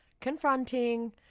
confronting